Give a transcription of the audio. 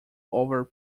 over